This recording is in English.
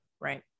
Right